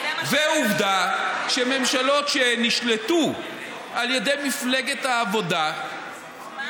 ועובדה שממשלות שנשלטו על ידי מפלגת העבודה, מה?